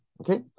Okay